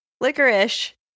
licorice